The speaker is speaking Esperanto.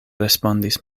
respondis